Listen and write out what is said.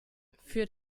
für